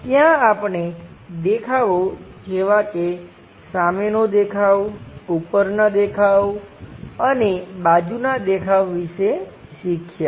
ત્યાં આપણે દેખાવો જેવા કે સામેનાં દેખાવ ઉપરના દેખાવ અને બાજુનાં દેખાવ વિશે શીખ્યા